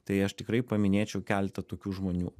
tai aš tikrai paminėčiau keletą tokių žmonių